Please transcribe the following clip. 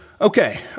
Okay